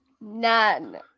None